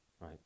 right